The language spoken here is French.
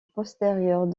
postérieure